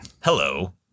Hello